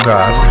God